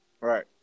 Right